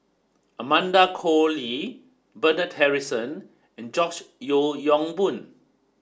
Amanda Koe Lee Bernard Harrison and George Yeo Yong Boon